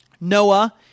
Noah